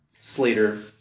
Slater